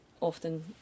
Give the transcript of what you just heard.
often